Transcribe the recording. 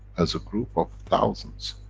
as a group of thousands,